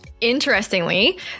Interestingly